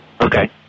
Okay